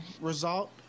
result